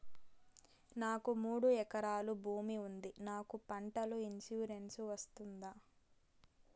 నాకు మూడు ఎకరాలు భూమి ఉంది నాకు పంటల ఇన్సూరెన్సు వస్తుందా?